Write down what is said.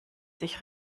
sich